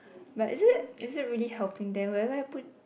but is it is it really helping them will I put